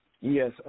Yes